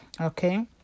Okay